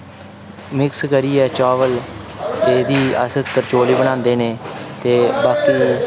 mix करियै चावल एह्दी अस त्रचोली बनांदे न ते बाकी